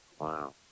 wow